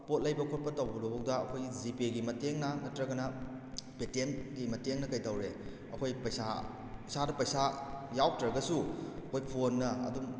ꯄꯣꯠ ꯂꯩꯕ ꯈꯣꯠꯄ ꯇꯧꯕꯗ ꯐꯥꯎꯗ ꯑꯩꯈꯣꯏꯒꯤ ꯖꯤꯄꯦꯒꯤ ꯃꯇꯦꯡꯅ ꯅꯠꯇ꯭ꯔꯒꯅ ꯄꯦ ꯇꯦ ꯝꯒꯤ ꯃꯇꯦꯡꯅ ꯀꯩꯗꯧꯔꯦ ꯑꯩꯈꯣꯏ ꯄꯩꯁꯥ ꯏꯁꯥꯗ ꯄꯩꯁꯥ ꯌꯥꯎꯗ꯭ꯔꯒꯁꯨ ꯑꯩꯈꯣꯏ ꯐꯣꯟꯅ ꯑꯗꯨꯝ